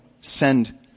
send